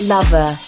Lover